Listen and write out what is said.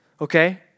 okay